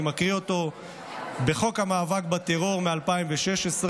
חוק המאבק הטרור ב-2016,